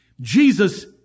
Jesus